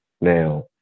Now